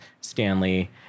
Stanley